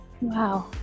Wow